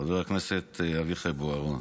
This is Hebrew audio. אביחי בוארון.